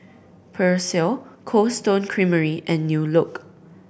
Persil Cold Stone Creamery and New Look